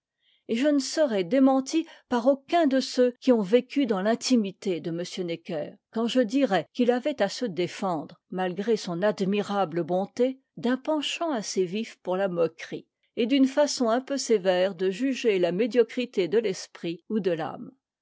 je ne serai démentie par aucun de ceux qui ont vécu dans l'intimité de m necker quand je dirai qu'il avait à se défendre malgré son admirable bonté d'un penchant assez vif pour la moquerie et d'une façon un peu sévère de juger la médiocrité de l'esprit ou de t'ame